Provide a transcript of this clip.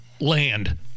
land